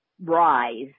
rise